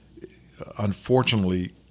unfortunately